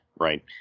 right